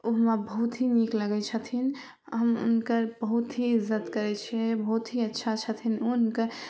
ओ हमरा बहुत ही नीक लगै छथिन हम हुनकर बहुत ही इज्जत करै छिए बहुत ही अच्छा छथिन ओ हुनकर